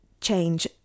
change